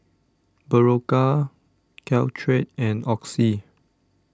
Berocca Caltrate and Oxy